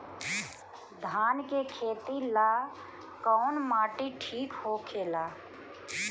धान के खेती ला कौन माटी ठीक होखेला?